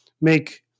make